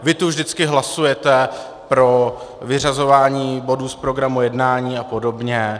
Vy tu vždycky hlasujete pro vyřazování bodů z programu jednání a podobně.